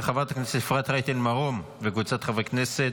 של חברת הכנסת אפרת רייטן מרום וקבוצת חברי הכנסת,